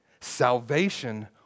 Salvation